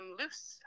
loose